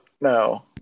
No